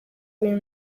uyu